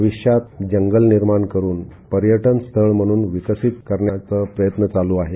भविष्यात जंगल निर्माण करून भविष्यात पर्यटन स्थळ म्हणून विकसीत करण्याचा प्रयत्न चालू आहे